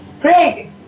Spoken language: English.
Greg